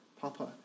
Papa